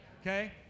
Okay